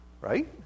Right